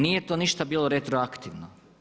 Nije to ništa bilo retroaktivno.